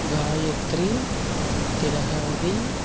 Gayatri Thilagavathi